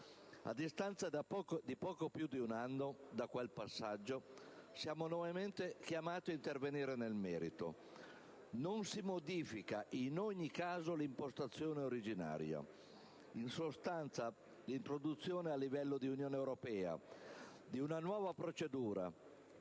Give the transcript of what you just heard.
A distanza di poco più di un anno da quel passaggio siamo nuovamente chiamati a intervenire nel merito. Non si modifica, in ogni caso, l'impostazione originaria. In sostanza, l'introduzione a livello di Unione europea di una nuova procedura